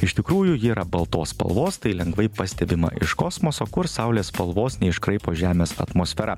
iš tikrųjų ji yra baltos spalvos tai lengvai pastebima iš kosmoso kur saulės spalvos neiškraipo žemės atmosfera